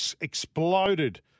exploded